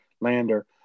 lander